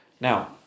Now